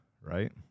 right